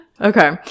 Okay